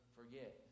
forget